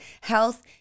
health